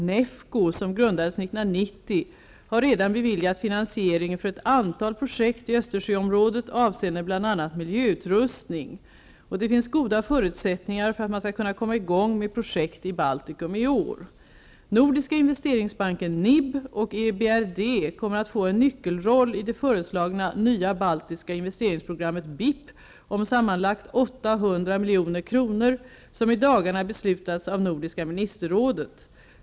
NEFCO, som grundades 1990, har redan beviljat finansiering för ett antal projekt i Det finns goda förutsättningar för att man skall kunna komma i gång med projekt i Baltikum i år. kommer att få en nyckelroll i det föreslagna nya Baltiska investeringsprogrammet, BIP, om sammanlagt 800 milj.kr. kronor som i dagarna beslutas av Nordiska ministerrådet.